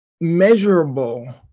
measurable